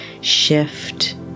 shift